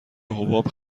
حباب